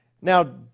Now